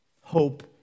Hope